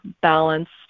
balanced